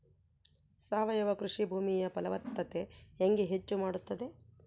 ಸಾವಯವ ಕೃಷಿ ಭೂಮಿಯ ಫಲವತ್ತತೆ ಹೆಂಗೆ ಹೆಚ್ಚು ಮಾಡುತ್ತದೆ?